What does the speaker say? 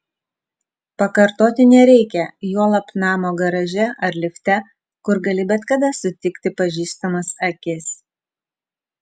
pakartoti nereikia juolab namo garaže ar lifte kur gali bet kada sutikti pažįstamas akis